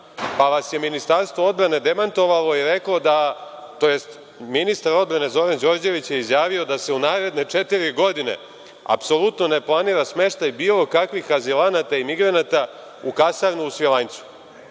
pa vas je Ministarstvo odbrane demantovalo i reklo, tj. ministar odbrane Zoran Đorđević je izjavio da se u naredne četiri godine apsolutno ne planira smeštaj bilo kakvih azilanata i migranata u kasarni u Svilajncu. Dakle,